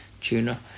tuna